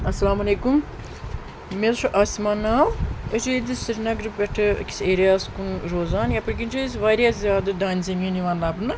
اَلسلامُ علیکُم مےٚ حظ چھُ عاصمہ ناو أسۍ چھِ ییٚتہِ سرینگرٕ پٮ۪ٹھ أکِس ایریا ہَس کُن روزان یپٲرۍ کِنۍ چھُ اسہِ واریاہ زیادٕ دانہِ زٔمیٖن یِوان لَبنہٕ